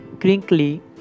crinkly